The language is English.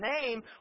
name